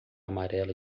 amarela